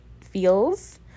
feels